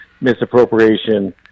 misappropriation